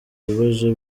bibazo